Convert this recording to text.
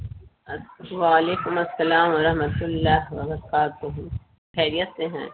وعلیکم السلام و رحمتہ اللہ وبرکاتہ خیریت سے ہیں